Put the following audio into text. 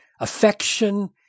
affection